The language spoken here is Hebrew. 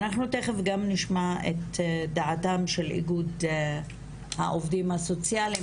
אנחנו תיכף גם נשמע את דעתם של איגוד העובדים הסוציאליים,